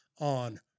on